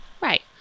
Right